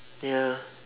ya